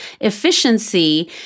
efficiency